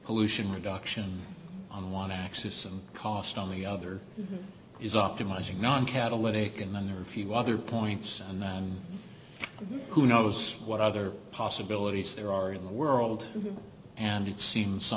pollution reduction on one axis and cost on the other is optimizing non catalytic and then there are a few other points and then who knows what other possibilities there are in the world and it seems so